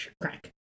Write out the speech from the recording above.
crack